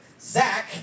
Zach